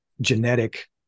genetic